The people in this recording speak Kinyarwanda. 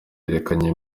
yerekanye